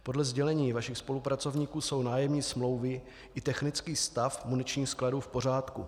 Podle sdělení vašich spolupracovníků jsou nájemní smlouvy i technický stav muničních skladů v pořádku.